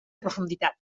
profunditat